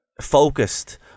focused